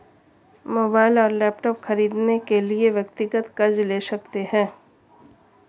mobile और laptop खरीदने के लिए व्यक्तिगत कर्ज ले सकते है